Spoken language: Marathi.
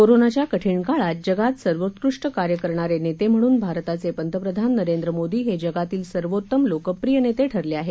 कोरोनाच्या कठीण काळात जगात सर्वोत्कृष्ट कार्य करणारे नेते म्हणून भारताचे प्रधानमंत्री नरेंद्र मोदी हे जगातील सर्वोतम लोकप्रिय नेते ठरले आहेत